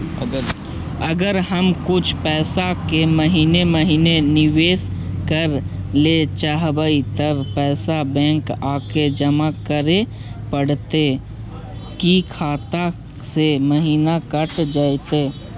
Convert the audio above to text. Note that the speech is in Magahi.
अगर हम कुछ पैसा के महिने महिने निबेस करे ल चाहबइ तब पैसा बैक आके जमा करे पड़तै कि खाता से महिना कट जितै?